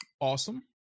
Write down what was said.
awesome